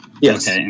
Yes